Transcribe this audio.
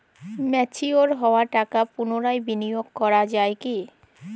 Mature হওয়া টাকা পুনরায় বিনিয়োগ করা য়ায় কি?